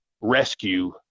rescue